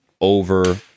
over